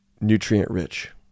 nutrient-rich